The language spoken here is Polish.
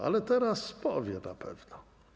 Ale teraz powie na pewno.